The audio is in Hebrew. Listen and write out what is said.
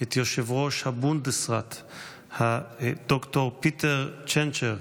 את יושב-ראש הבונדסראט בגרמניה, ד"ר פיטר צ'נצ'ר,